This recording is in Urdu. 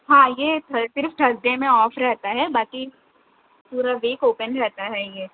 ہاں یہ تھرس ڈے میں آف رہتا ہے باقی پورا ویک اوپن رہتا ہے یہ